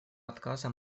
отказа